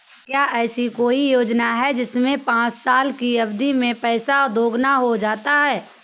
क्या ऐसी कोई योजना है जिसमें पाँच साल की अवधि में पैसा दोगुना हो जाता है?